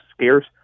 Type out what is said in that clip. scarce